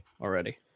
already